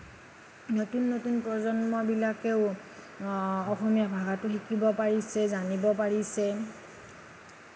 নতুন নতুন প্ৰজন্মবিলাকেও অসমীয়া ভাষাটো শিকিব পাৰিছে জানিব পাৰিছে